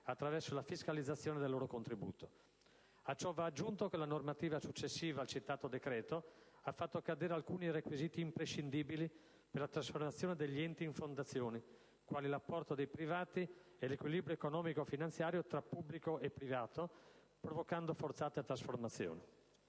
attraverso la defiscalizzazione del loro contributo. A ciò va aggiunto che la normativa successiva al citato decreto ha fatto cadere alcuni requisiti imprescindibili nella trasformazione degli enti in fondazioni, quali l'apporto dei privati e l'equilibrio economico finanziario tra pubblico e privato, provocando forzate trasformazioni.